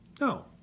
No